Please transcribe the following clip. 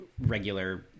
regular